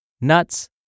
nuts